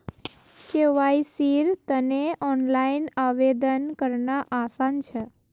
केवाईसीर तने ऑनलाइन आवेदन करना आसान छ